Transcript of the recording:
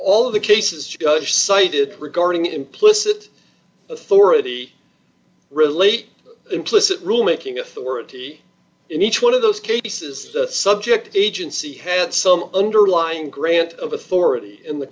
all of the cases to go if cited regarding implicit authority relate implicit rule making authority in each one of those cases the subject agency had some underlying grant of authority in the